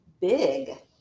big